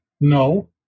No